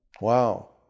Wow